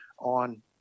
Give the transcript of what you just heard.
on